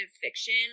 fiction